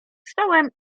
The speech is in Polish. stołem